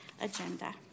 agenda